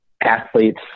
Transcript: athletes